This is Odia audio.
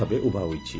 ଭାବେ ଉଭା ହୋଇଛି